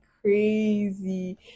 crazy